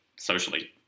Socially